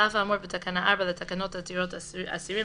אף האמור בתקנה 4 לתקנות עתירות אסירים,